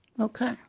Okay